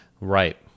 right